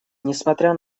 несмотря